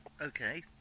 Okay